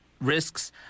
risks